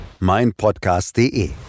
meinpodcast.de